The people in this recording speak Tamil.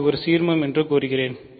நான் இது ஒரு சீர்மம் என்று கூறுகிறேன்